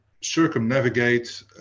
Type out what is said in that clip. circumnavigate